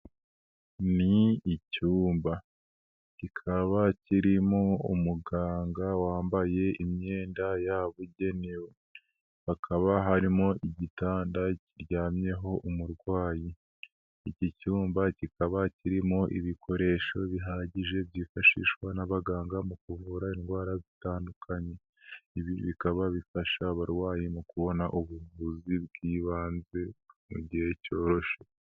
Ni icyumba kikaba kirimo umuganga wambaye imyenda yabugenewe hakaba harimo igitanda kiryamyeho umurwayi, iki cyumba kikaba kirimo ibikoresho bihagije byifashishwa n'abaganga mu kuvura indwara zitandukanye, ibi bikaba bifasha abarwayi mu kubona ubuvuzi bw'ibanze mu gihe cyoroshye.